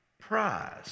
prize